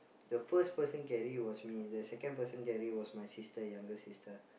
the first person carry was me the second person carry was my sister younger sister